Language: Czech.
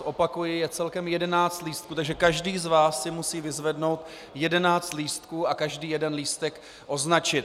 Opakuji, je celkem 11 lístků, takže každý z vás si musí vyzvednout 11 lístků a každý jeden lístek označit.